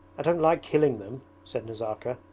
i don't like killing them said nazarka.